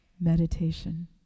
meditation